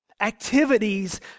activities